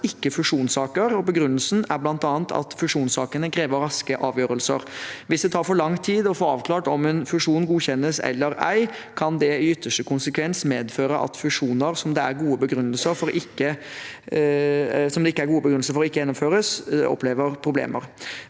ikke fusjonssaker. Begrunnelsen er bl.a. at fusjonssaker krever raske avgjørelser. Hvis det tar for lang tid å få avklart om en fusjon godkjennes eller ei, kan det i ytterste konsekvens medføre at fusjoner som det er gode begrunnelser for, ikke gjennomføres og opplever problemer.